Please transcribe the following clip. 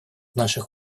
наших